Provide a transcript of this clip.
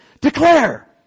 Declare